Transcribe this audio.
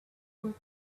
would